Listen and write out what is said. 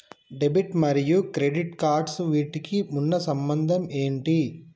Debit మరియు credit cards వీటికి ఉన్న సంబంధం ఏంటి?